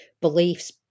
beliefs